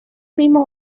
mismos